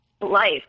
life